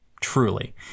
truly